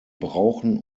brauchen